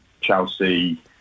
Chelsea